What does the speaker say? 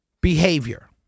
behavior